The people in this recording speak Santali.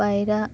ᱯᱟᱭᱨᱟᱜ